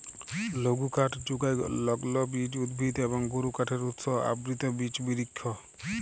লঘুকাঠ যুগায় লগ্লবীজ উদ্ভিদ এবং গুরুকাঠের উৎস আবৃত বিচ বিরিক্ষ